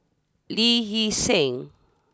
Lee Hee Seng